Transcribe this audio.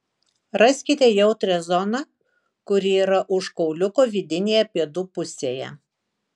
raskite jautrią zoną kuri yra už kauliuko vidinėje pėdų pusėje